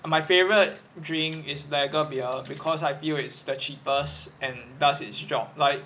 my favorite drink is lagar beer because I feel it's the cheapest and does its job like